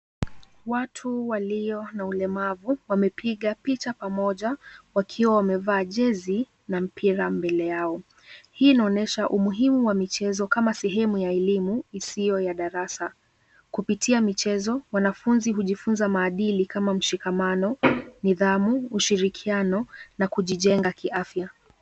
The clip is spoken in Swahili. Watu walio na ulemavu, wamepiga picha pamoja wakiwa wamevaa jezi na mpira mbele yao. Hii inaonyesha umuhimu wa michezo kama sehemu ya elimu isiyo ya darasa. Kupitia michezo wanafunzi hujifunza maadili kama mshikamano, nidhamu, ushirikiano na kujijenga kiafya.